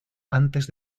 antes